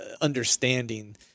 understanding